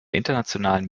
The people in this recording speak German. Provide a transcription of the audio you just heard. internationalen